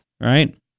Right